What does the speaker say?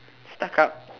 stuck up